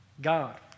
God